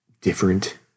different